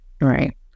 right